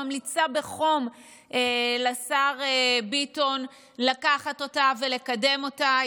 ממליצה בחום לשר ביטון לקחת אותה ולקדם אותה,